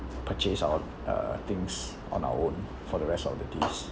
purchase our uh things on our own for the rest of the days